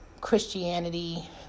Christianity